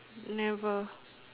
never